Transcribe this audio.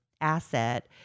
asset